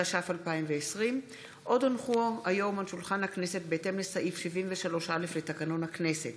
התש"ף 2020. בהתאם לסעיף 73(א) לתקנון הכנסת: